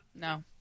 no